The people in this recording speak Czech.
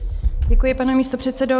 Děkuji, pane místopředsedo.